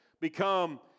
become